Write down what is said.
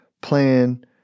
plan